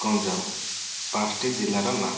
ଗଞ୍ଜାମ ପାଞ୍ଚଟି ଜିଲ୍ଲାର ନାଁ